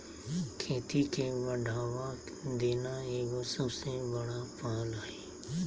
खेती के बढ़ावा देना एगो सबसे बड़ा पहल हइ